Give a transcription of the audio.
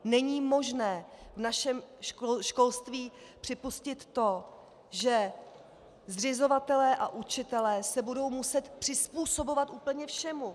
Není možné v našem školství připustit to, že zřizovatelé a učitelé se budou muset přizpůsobovat úplně všemu.